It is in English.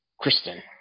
Kristen